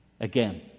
Again